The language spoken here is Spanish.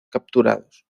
capturados